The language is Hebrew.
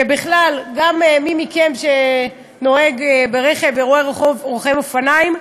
ובכלל, גם מי מכם שנוהג ברכב, ורואה רוכב אופניים,